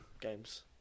games